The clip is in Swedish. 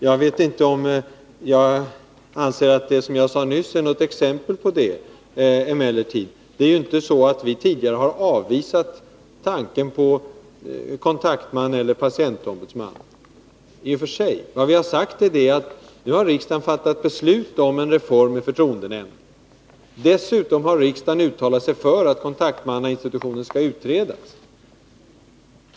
Jag tycker emellertid inte att det som jag nyss sade är något exempel på en sådan åsiktsförändring. Vi har inte tidigare avvisat tanken på en kontaktman eller en patientombudsman. Vi har påpekat att riksdagen nu har fattat beslut om en reform med förtroendenämnd. Dessutom har riksdagen uttalat sig för att kontaktmannainstitutionen skall utredas.